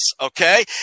okay